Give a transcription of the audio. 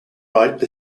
rite